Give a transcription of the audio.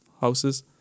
houses